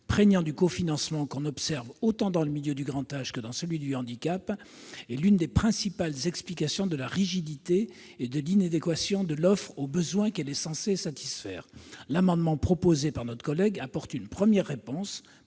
prégnant du cofinancement, que l'on observe autant dans le secteur du grand âge que dans celui du handicap, est l'une des principales causes de la rigidité et de l'inadéquation de l'offre aux besoins qu'elle est censée satisfaire. Cet amendement tend à apporter une première réponse